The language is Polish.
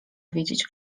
wiedzieć